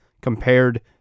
compared